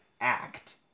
act